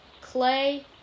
Clay